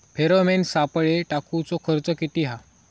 Pheromone सापळे टाकूचो खर्च किती हा?